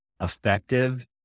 effective